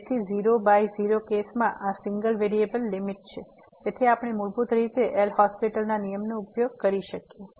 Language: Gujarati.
તેથી 0 બાય 0 કેસમાં આ સીંગલ વેરીએબલ લીમીટ છે તેથી આપણે મૂળભૂત રીતે એલ'હોસ્પિટલL'Hospital ના નિયમનો ઉપયોગ કરી શકીએ